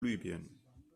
libyen